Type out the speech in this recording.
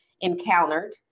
encountered